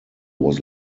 was